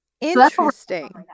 Interesting